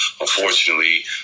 unfortunately